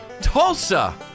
Tulsa